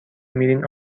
میرین